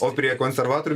o prie konservatorių